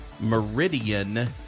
Meridian